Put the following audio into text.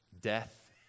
death